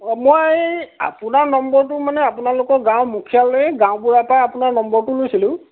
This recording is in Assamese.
অঁ মই আপোনাৰ নম্বৰটো মানে আপোনালোকৰ গাঁও মুখীয়াল এই গাঁওবুঢ়া পৰা আপোনাৰ নম্বৰটো লৈছিলোঁ